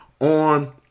on